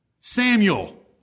Samuel